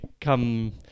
come